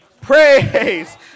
Praise